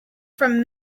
from